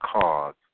cause